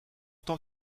tant